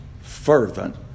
fervent